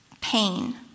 pain